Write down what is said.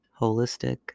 holistic